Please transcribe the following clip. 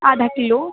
آدھا کلو